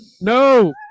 No